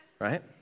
Right